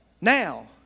Now